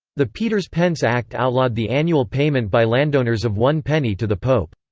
the peter's pence act outlawed the annual payment by landowners of one penny to the pope.